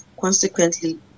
Consequently